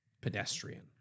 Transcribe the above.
pedestrian